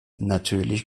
natürlich